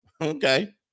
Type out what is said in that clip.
okay